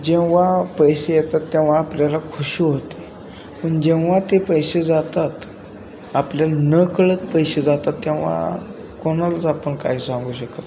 जेव्हा पैसे येतात तेव्हा आपल्याला खुशी होते पण जेव्हा ते पैसे जातात आपल्या नकळत पैसे जातात तेव्हा कोणालाच आपण काही सांगू शकत नाही